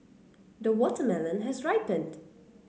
the watermelon has ripened